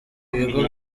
ibigo